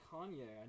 Kanye